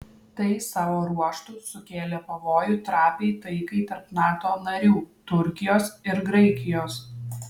tai savo ruožtu sukėlė pavojų trapiai taikai tarp nato narių turkijos ir graikijos